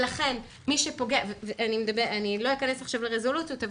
אני לא אכנס עכשיו לרזולוציות,